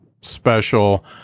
special